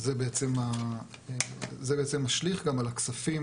זה בעצם משליך גם על הכספים